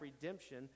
redemption